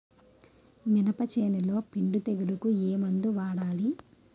మినప చేనులో పిండి తెగులుకు ఏమందు వాడాలి?